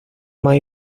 más